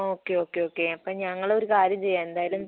okay okay okay അപ്പം ഞങ്ങളൊരു കാര്യം ചെയ്യാം എന്തായാലും